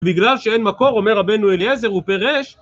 בגלל שאין מקור, אומר רבנו אליעזר, הוא פירש